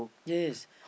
yes